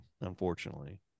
unfortunately